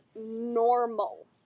normal